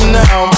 now